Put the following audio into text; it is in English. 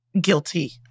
guilty